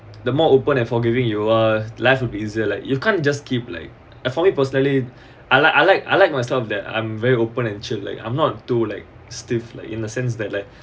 the more open and forgiving you are life would be easier like you can't just keep like uh for me personally I like I like I like myself that I'm very open and chill like I'm not to like stiff like in the sense that like